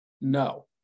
No